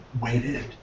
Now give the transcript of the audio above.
waited